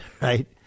right